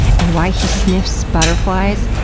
and why he sniffs butterflies,